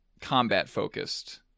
combat-focused